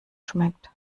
schmeckt